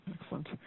Excellent